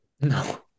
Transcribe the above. no